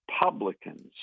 Republicans